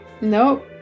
Nope